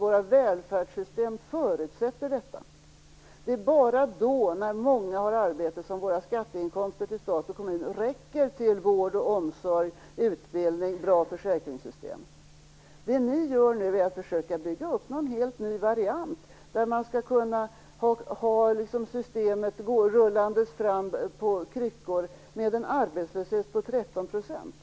Våra välfärdssystem förutsätter detta. Det är bara när många människor har arbete som våra skatteinkomster till stat och kommun räcker till vård, omsorg, utbildning och bra försäkringssystem. Socialdemokraterna försöker nu bygga upp en helt ny variant, där man skall kunna ha systemet rullandes fram och på kryckor med en arbetslöshet på 13 %.